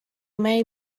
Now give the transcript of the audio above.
may